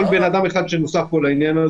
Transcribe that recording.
כל אדם אחד שנוסף לעניין,